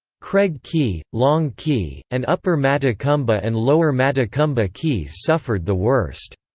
craig key, long key, and upper matecumbe but and lower matecumbe but keys suffered the worst.